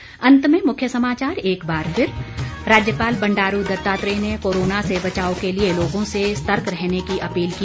अंत में मुख्य समाचार एक बार फिर राज्यपाल बंडारू दत्तात्रेय ने कोरोना से बचाव के लिए लोगों से सतर्क रहने की अपील की